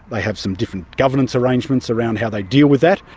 they have some different governance arrangements around how they deal with that,